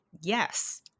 yes